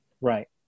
Right